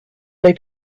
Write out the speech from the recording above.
they